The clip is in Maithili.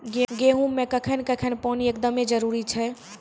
गेहूँ मे कखेन कखेन पानी एकदमें जरुरी छैय?